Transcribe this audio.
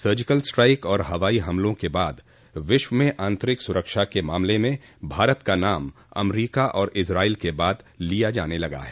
surgical strike और हवाई हमलों के बाद विश्व में आतंरिक सुरक्षा के मामले में भारत का नाम अमरीका और इस्राइल के बाद लिया जाने लगा है